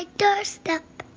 like doorstep.